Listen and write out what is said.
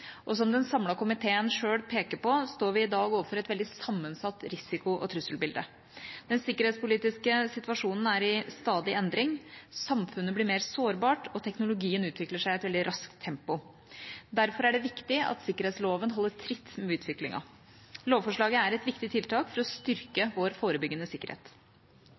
nok. Som den samlede komiteen selv peker på, står vi i dag overfor et veldig sammensatt risiko- og trusselbilde. Den sikkerhetspolitiske situasjonen er i stadig endring, samfunnet blir mer sårbart, og teknologien utvikler seg i et veldig raskt tempo. Derfor er det viktig at sikkerhetsloven holder tritt med utviklingen. Lovforslaget er et viktig tiltak for å styrke vår forebyggende sikkerhet.